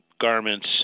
garments